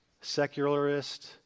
secularist